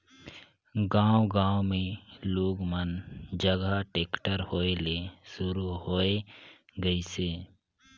गांव गांव मे लोग मन जघा टेक्टर होय ले सुरू होये गइसे